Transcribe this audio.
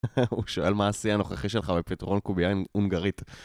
הוא שואל מה השיא הנוכחי שלך בפתרון קוביה הונגרית